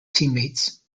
teammates